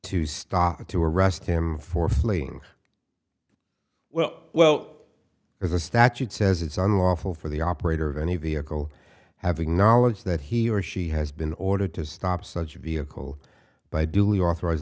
to stop to arrest him for fleeing well well there's a statute says it's unlawful for the operator of any vehicle having knowledge that he or she has been ordered to stop such a vehicle by duly authorized